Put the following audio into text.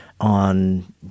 on